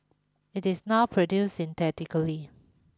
it is now produced synthetically